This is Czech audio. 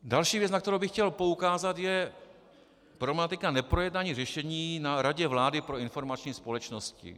Další věc, na kterou bych chtěl poukázat, je problematika neprojednání řešení na Radě vlády pro informační společnost.